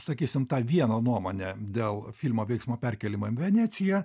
sakysim tą vieną nuomonę dėl filmo veiksmo perkėlimo į veneciją